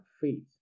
faith